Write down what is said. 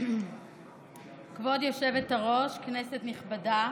כבוד היושבת-ראש, כנסת נכבדה,